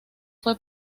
fue